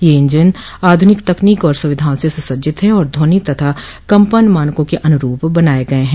ये इंजन आधुनिक तकनीक और सुविधाओं से सुसज्जित हैं और ध्वनि तथा कम्पन मानकों के अनुरूप बनाये गये हैं